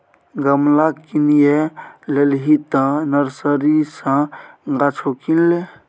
गमला किनिये लेलही तँ नर्सरी सँ गाछो किन ले